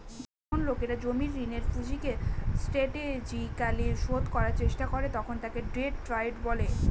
যখন লোকেরা জমির ঋণের পুঁজিকে স্ট্র্যাটেজিকালি শোধ করার চেষ্টা করে তখন তাকে ডেট ডায়েট বলে